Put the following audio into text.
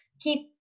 keep